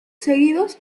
seguidos